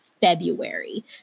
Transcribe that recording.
February